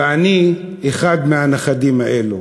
ואני אחד מהנכדים האלה